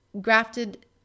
grafted